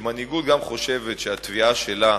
כשמנהיגות גם חושבת שהתביעה שלה,